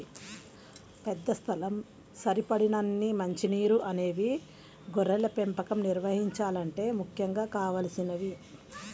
పెద్ద స్థలం, సరిపడినన్ని మంచి నీరు అనేవి గొర్రెల పెంపకం నిర్వహించాలంటే ముఖ్యంగా కావలసినవి